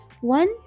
One